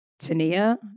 Tania